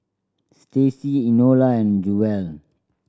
Staci Enola and Jewell